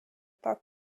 так